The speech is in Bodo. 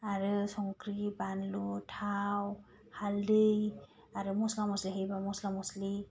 आरो संख्रि बानलु थाव हालदै आरो मस्ला मस्लि होयोबा मस्ला मस्लि